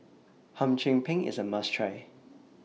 Hum Chim Peng IS A must Try